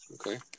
Okay